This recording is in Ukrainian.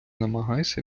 намагайся